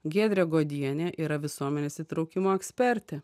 giedrė godienė yra visuomenės įtraukimo ekspertė